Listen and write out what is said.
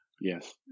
Yes